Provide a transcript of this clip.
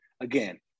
again